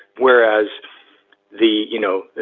whereas the you know,